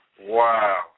Wow